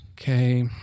Okay